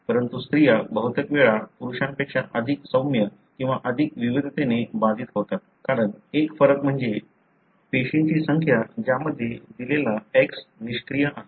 परंतु स्त्रीया बहुतेक वेळा पुरुषांपेक्षा अधिक सौम्य किंवा अधिक विविधतेने बाधित होतात कारण एक फरक म्हणजे पेशींची संख्या ज्यामध्ये दिलेला X निष्क्रिय आहे